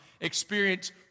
experience